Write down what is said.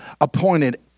appointed